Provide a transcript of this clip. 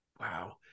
wow